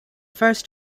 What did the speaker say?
first